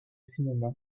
cinéma